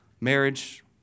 Marriage